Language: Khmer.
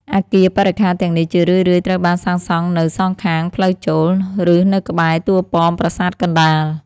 អគារបរិក្ខារទាំងនេះជារឿយៗត្រូវបានសាងសង់នៅ សងខាងផ្លូវចូល ឬនៅក្បែរតួប៉មប្រាសាទកណ្តាល។